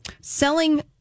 selling